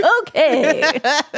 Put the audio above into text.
Okay